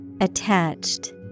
Attached